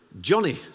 Johnny